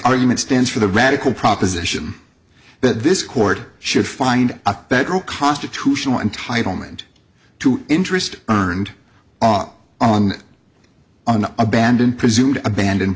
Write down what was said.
argument stands for the radical proposition that this court should find a bedroom constitutional entitlement to interest earned on an abandoned presumed abandoned